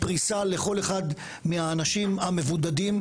פרישה לכל אחד מהאנשים המבודדים.